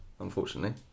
unfortunately